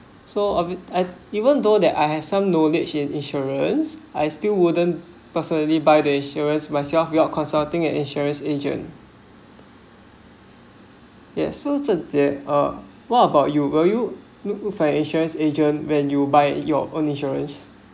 so obv~ I even though that I have some knowledge in insurance I still wouldn't personally buy the insurance myself without consulting yes so zhen jie uh what about you were you f~ find insurance agent when you buy your own insurance